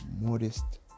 modest